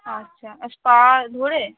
আচ্ছা আর স্পা ধরে